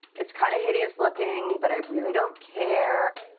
it's kind of hideous-looking, but i really don't care.